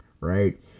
right